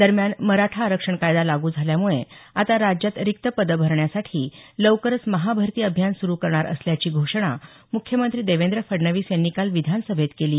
दरम्यान मराठा आरक्षण कायदा लागू झाल्यामुळे आता राज्यात रिक्त पदे भरण्यासाठी लवकरच महा भरती अभियान सुरु करणार असल्याची घोषणा मुख्यमंत्री देवेंद्र फडणवीस यांनी काल विधानसभेत केली